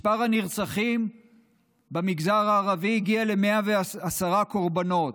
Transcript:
מספר הנרצחים במגזר הערבי הגיע ל-110 קורבנות,